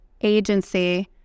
agency